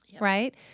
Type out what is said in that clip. right